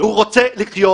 הוא רוצה לחיות.